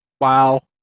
Wow